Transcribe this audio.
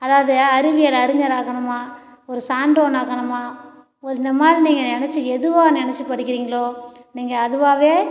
அதாவது அறிவியல் அறிஞர் ஆகணுமா ஒரு சான்றோன் ஆகணுமா ஒரு இந்த மாதிரி நீங்கள் நினச்சி எதுவாக நினச்சி படிக்கிறீங்களோ நீங்கள் அதுவாகவே